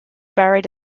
buried